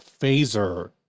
Phaser